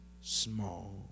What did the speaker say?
small